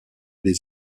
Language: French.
des